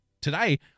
Today